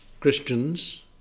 Christians